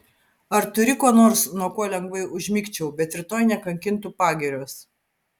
ar turi ko nors nuo ko lengvai užmigčiau bet rytoj nekankintų pagirios